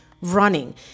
running